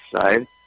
side